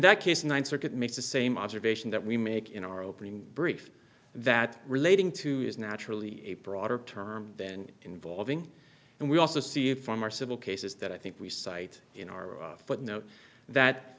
that case ninth circuit makes the same observation that we make in our opening brief that relating to is naturally a broader term then involving and we also see it from our civil cases that i think we cite in our footnote that